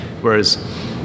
Whereas